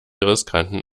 riskanten